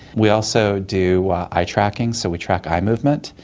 we also do eye tracking, so we track eye movement.